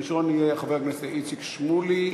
ראשון יהיה חבר הכנסת איציק שמולי.